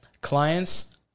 Clients